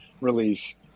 release